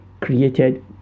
created